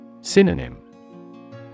Synonym